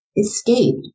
escaped